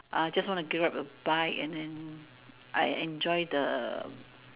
uh just want to give it a bite and then I enjoy the